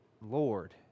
Lord